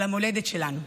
על המולדת שלנו.